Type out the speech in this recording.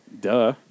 Duh